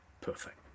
Perfect